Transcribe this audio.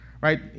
right